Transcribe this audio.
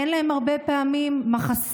אין להם הרבה פעמים מחסה